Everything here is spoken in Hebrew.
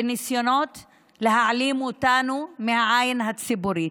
בניסיונות להעלים אותנו מהעין הציבורית.